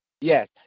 Yes